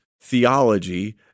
theology